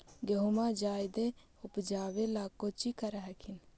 गेहुमा जायदे उपजाबे ला कौची कर हखिन?